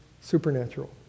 supernatural